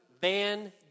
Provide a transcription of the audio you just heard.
Van